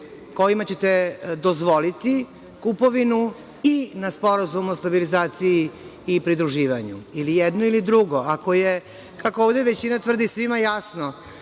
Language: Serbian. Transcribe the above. kojima ćete dozvoliti kupovinu i na Sporazum o stabilizaciji i pridruživanju. Ili jedno ili drugo. Ako je, kako ovde većina tvrdi, svima jasno